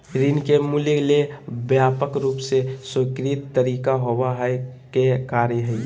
ऋण के मूल्य ले व्यापक रूप से स्वीकृत तरीका होबो के कार्य हइ